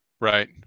right